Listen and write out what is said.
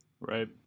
Right